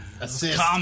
Assist